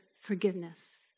forgiveness